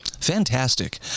Fantastic